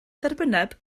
dderbynneb